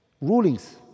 rulings